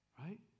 Right